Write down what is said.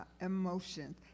emotions